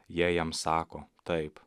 jie jam sako taip